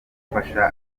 gufasha